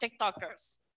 tiktokers